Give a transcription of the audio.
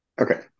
Okay